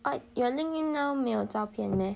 orh your LinkedIn now 没有照片 meh